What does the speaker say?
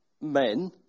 men